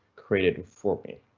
created for me.